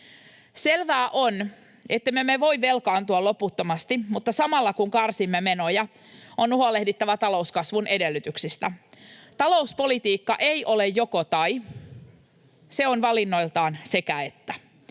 Selvää on, ettemme me voi velkaantua loputtomasti, mutta samalla kun karsimme menoja, on huolehdittava talouskasvun edellytyksistä. Talouspolitiikka ei ole joko—tai, se on valinnoiltaan sekä—että.